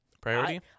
priority